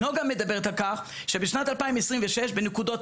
נגה מדברת על כך שבשנת 2026 בנקודות